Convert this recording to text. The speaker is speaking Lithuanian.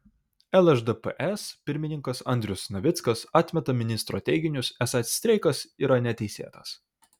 lšdps pirmininkas andrius navickas atmeta ministro teiginius esą streikas yra neteisėtas